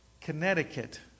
Connecticut